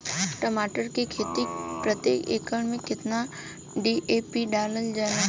टमाटर के खेती मे प्रतेक एकड़ में केतना डी.ए.पी डालल जाला?